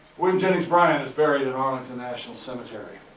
william jennings bryan is buried in arlington national cemetery.